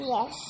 Yes